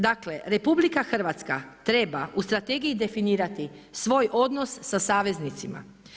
Dakle, RH treba u strategiji definirati svoj odnos sa saveznicima.